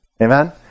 Amen